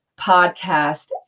podcast